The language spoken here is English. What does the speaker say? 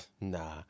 Nah